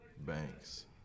Banks